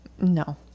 no